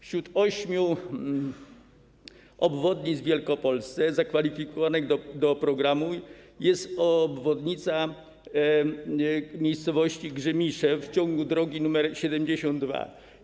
Wśród ośmiu obwodnic w Wielkopolsce zakwalifikowanych do programu jest obwodnica miejscowości Grzymiszew w ciągu drogi nr 72.